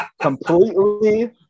completely